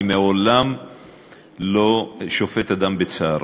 אני לעולם לא שופט אדם בצערו,